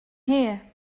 here